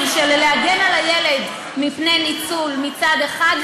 של להגן על הילד מפני ניצול מצד אחד,